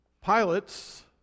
Pilots